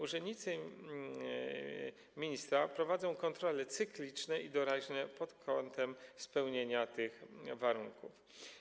Urzędnicy ministra prowadzą kontrole cykliczne i doraźne spełniania tych warunków.